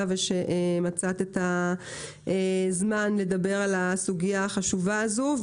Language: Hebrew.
ושמצאת את הזמן לדבר על הסוגיה החשובה הזו.